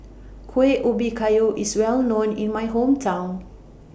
Kueh Ubi Kayu IS Well known in My Hometown